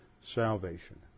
salvation